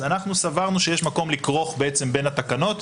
אנחנו סברנו שיש מקום לכרוך בין התקנות,